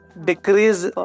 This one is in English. decrease